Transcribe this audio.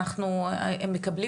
הם מקבלים